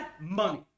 money